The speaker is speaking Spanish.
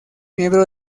miembro